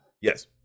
yes